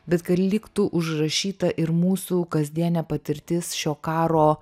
bet kad liktų užrašyta ir mūsų kasdienė patirtis šio karo